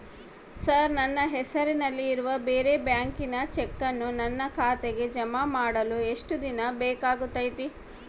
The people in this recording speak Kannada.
ಸರ್ ನನ್ನ ಹೆಸರಲ್ಲಿ ಇರುವ ಬೇರೆ ಬ್ಯಾಂಕಿನ ಚೆಕ್ಕನ್ನು ನನ್ನ ಖಾತೆಗೆ ಜಮಾ ಮಾಡಲು ಎಷ್ಟು ದಿನ ಬೇಕಾಗುತೈತಿ?